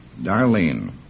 Darlene